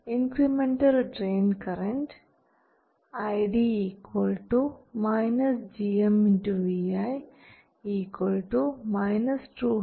incremental drain current iD gm vi 200µS vi